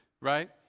right